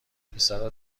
پسرا